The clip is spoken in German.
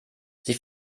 sie